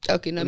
Okay